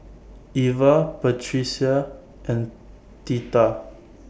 Iva Patricia and Theta